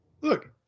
Look